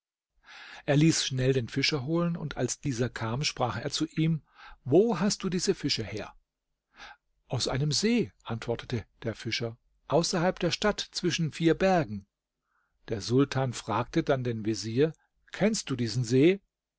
er ließ schnell den fischer holen und als dieser kam sprach er zu ihm wo hast du diese fische her aus einem see antwortete der fischer außerhalb der stadt zwischen vier bergen der sultan fragte dann den vezier kennst du diesen see